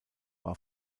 war